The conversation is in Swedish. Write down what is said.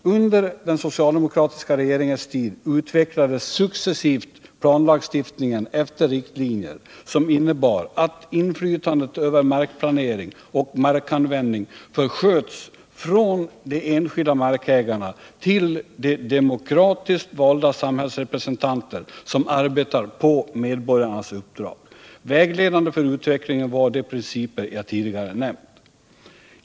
Under den socialdemokratiska regeringens tid utvecklades successivt planlagstiftningen efter riktlinjer, som innebar att inflytandet över markplanering och markanvändning försköts från de enskilda markägarna till de demokratiskt valda samhällsrepresentanter som arbetar på medborgarnas uppdrag. Vägledande för utvecklingen var de principer jag tidigare nämnt.